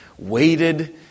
Waited